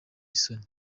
isoni